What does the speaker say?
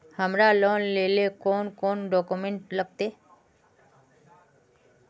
हमरा लोन लेले कौन कौन डॉक्यूमेंट लगते?